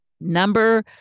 Number